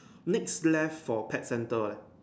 next left for pet center leh